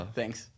Thanks